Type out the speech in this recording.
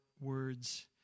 words